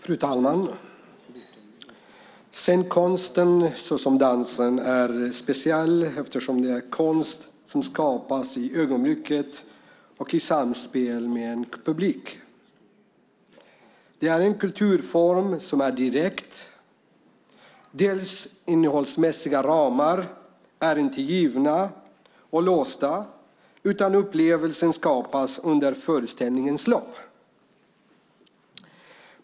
Fru talman! Scenkonsten, såsom dans, är speciell eftersom det är konst som skapas i ögonblicket och i samspel med en publik. Det är en kulturform som är direkt. Dess innehållsmässiga ramar är inte givna och låsta utan upplevelsen skapas under föreställningens lopp.